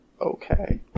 Okay